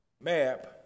map